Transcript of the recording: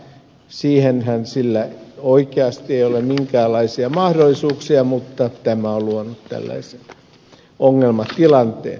siihenhän sillä oikeasti ei ole minkäänlaisia mahdollisuuksia mutta tämä on luonut tällaisen ongelmatilanteen